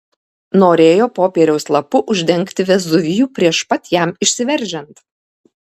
norėjo popieriaus lapu uždengti vezuvijų prieš pat jam išsiveržiant